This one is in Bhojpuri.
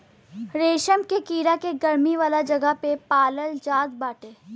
रेशम के कीड़ा के गरमी वाला जगह पे पालाल जात बाटे